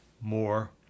more